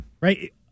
Right